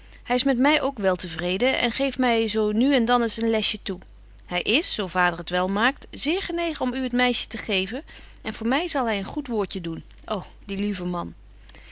hy is met my ook wel te vreden en geeft my zo nu en dan eens een lesje toe hy is zo vader t wel maakt zeer genegen om u het meisje te geven en voor my zal hy een goed woordje doen ô die lieve man